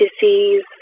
disease